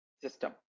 system